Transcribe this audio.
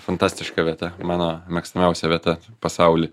fantastiška vieta mano mėgstamiausia vieta pasauly